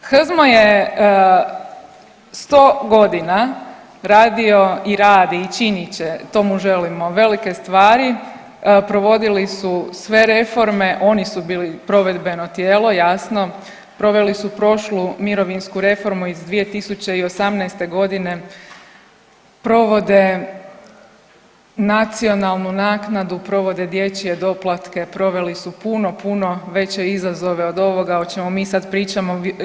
HZMO je 100 godina radio i radi i činit će, to mu želimo, velike stvari, provodili su sve reforme, oni su bili provedbeno tijelo jasno, proveli su prošlu mirovinsku reformu iz 2018.g. provode nacionalnu naknadu, provode dječje doplatke, proveli su puno, puno veće izazove od ovoga o čemu mi sad pričamo.